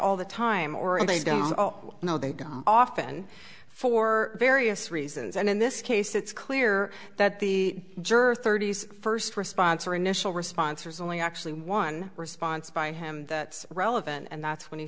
all the time or and they go oh no they've often for various reasons and in this case it's clear that the juror thirties first response or initial response was only actually one response by him that's relevant and that's when he